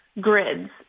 grids